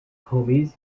homies